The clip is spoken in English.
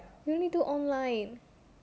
we only do online